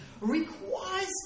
requires